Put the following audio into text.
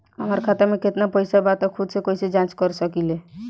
हमार खाता में केतना पइसा बा त खुद से कइसे जाँच कर सकी ले?